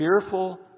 fearful